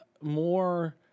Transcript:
more